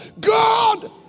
God